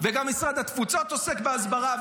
וגם משרד התפוצות עוסק בהסברה,